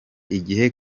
igihe